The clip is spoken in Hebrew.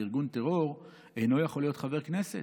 של ארגון טרור אינו יכול להיות חבר כנסת,